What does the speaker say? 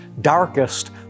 darkest